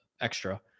Extra